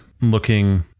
looking